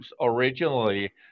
originally